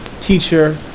teacher